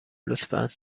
لطفا